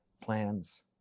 plans